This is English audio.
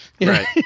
Right